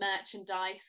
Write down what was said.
merchandise